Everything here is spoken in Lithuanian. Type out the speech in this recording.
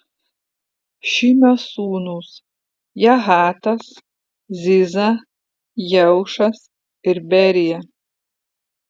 šimio sūnūs jahatas ziza jeušas ir berija